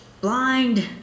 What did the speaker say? blind